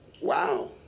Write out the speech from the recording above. Wow